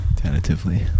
Tentatively